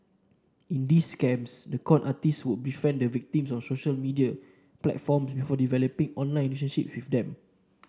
in these scams the con artist would befriend the victims on social media platform before developing online relationship with them